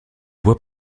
bois